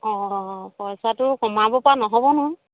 অ' পইচাটো কমাব পৰা নহ'ব নহয়